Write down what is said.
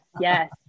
yes